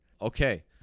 Okay